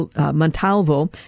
Montalvo